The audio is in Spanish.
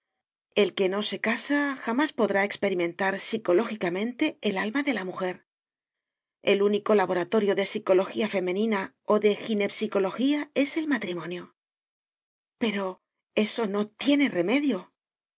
el que no se casa jamás podrá experimentar psicológicamente el alma de la mujer el único laboratorio de psicología femenina o de ginepsicología es el matrimonio pero eso no tiene remedio ninguna experimentación de